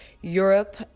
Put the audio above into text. Europe